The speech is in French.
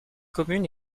commune